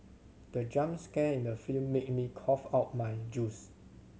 the jump scare in the film made me cough out my juice